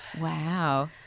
Wow